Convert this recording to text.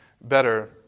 better